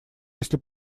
если